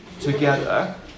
together